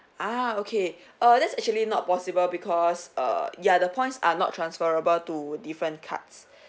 ah okay err that's actually not possible because err ya the points are not transferable to different cards